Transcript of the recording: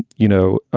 you know,